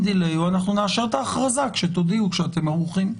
דיליי או שנאשר את ההכרזה כשתודיעו שאתם ערוכים.